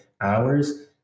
hours